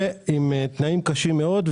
ועם תנאים קשים מאוד.